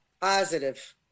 Positive